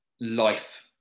life